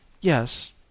Yes